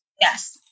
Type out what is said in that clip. Yes